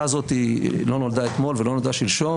הזאת לא נולדה אתמול ולא נולדה שלשום,